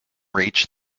reach